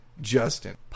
Justin